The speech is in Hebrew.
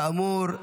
כאמור,